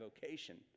vocation